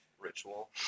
Ritual